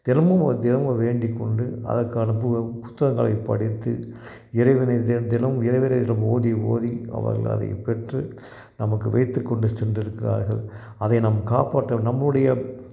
தினமும் வ தினமும் வேண்டி கொண்டு அதற்கான பு புத்தகங்களை படித்து இறைவனை தின் தினமும் இறைவனிடம் ஓதி ஓதி அவர்கள் அதை பெற்று நமக்கு வைத்துக்கொண்டு சென்று இருக்கிறார்கள் அதை நம் காப்பாற்ற நம்முடைய